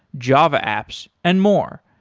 java apps and more.